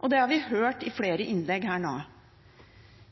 og det har vi hørt i flere innlegg her nå.